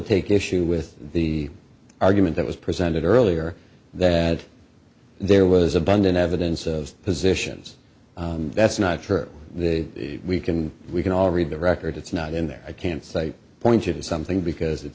take issue with the argument that was presented earlier that there was abundant evidence of positions that's not true we can we can all read the record it's not in there i can't say pointed something because it